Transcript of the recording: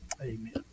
Amen